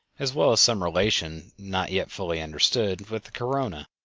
as well as some relation, not yet fully understood, with the corona.